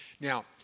Now